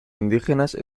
indígenas